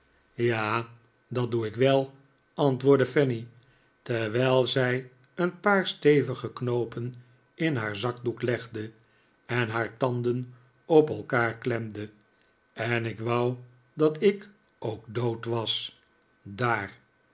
ja dat doe ik wel antwoordde fanny terwijl zij een paar stevige knoopen in haar zakdoek legde en haar tanden op elkaar klemde en ik wou dat ik ook dood was daar